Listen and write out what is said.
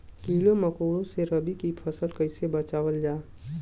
कीड़ों मकोड़ों से रबी की फसल के कइसे बचावल जा?